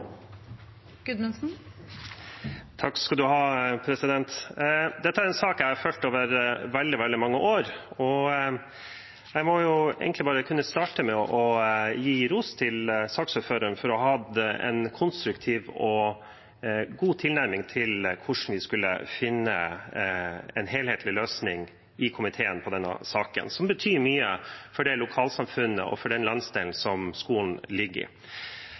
en sak jeg har fulgt over veldig mange år. Jeg må bare starte med å gi ros til saksordføreren for å ha hatt en konstruktiv og god tilnærming til hvordan vi i komiteen skulle finne en helhetlig løsning på denne saken, som betyr mye for det lokalsamfunnet og for den landsdelen som skolen ligger i.